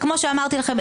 כמו שאמרתי לכם,